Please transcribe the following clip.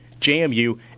JMU